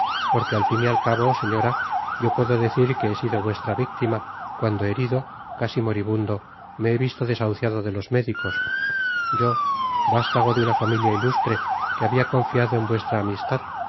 porque al fin y al cabo señora yo puedo decir que he sido vuestra victima cuando herido casi moribundo me he visto desahuciado de los médicos yo vastago de una familia ilustre que habia confiado en vuestra amistad